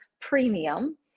premium